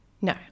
no